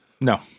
No